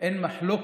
נגיד ניקח מחלקה